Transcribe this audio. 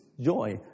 Joy